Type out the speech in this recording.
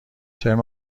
ترم